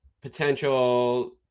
potential